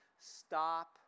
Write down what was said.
Stop